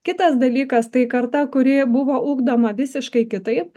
kitas dalykas tai karta kuri buvo ugdoma visiškai kitaip